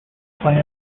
clams